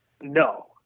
No